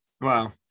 Wow